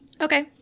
Okay